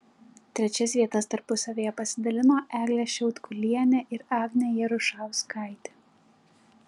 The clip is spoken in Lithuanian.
trečias vietas tarpusavyje pasidalino eglė šiaudkulienė ir agnė jarušauskaitė